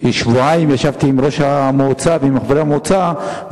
שבועיים וישבתי עם ראש המועצה וחברי המועצה,